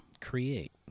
Create